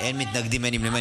אין מתנגדים, אין נמנעים.